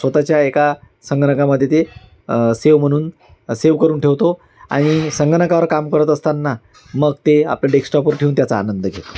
स्वतःच्या एका संगणकामध्ये ते सेव म्हणून सेव करून ठेवतो आणि संगणकावर काम करत असताना मग ते आपल्या डेस्कटॉपवर ठेवून त्याचा आनंद घेतो